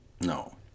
No